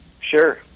Sure